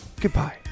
goodbye